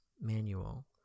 manual